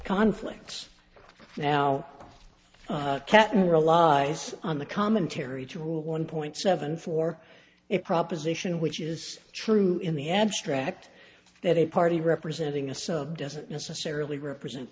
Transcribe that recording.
conflicts now catmull realize on the commentary to a one point seven four a proposition which is true in the abstract that a party representing a sum doesn't necessarily represent